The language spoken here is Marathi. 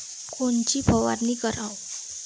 कोनची फवारणी कराव?